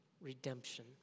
redemption